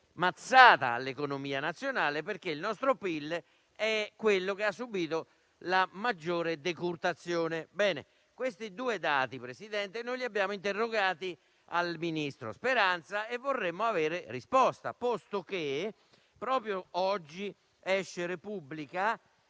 mazzata all'economia nazionale, perché il nostro PIL è quello che ha subito la maggiore decurtazione. Su questi due dati, Presidente, abbiamo interrogato il ministro Speranza e vorremmo avere risposta, posto che proprio su «la Repubblica»